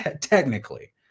technically